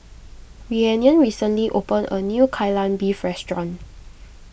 Rhiannon recently opened a new Kai Lan Beef restaurant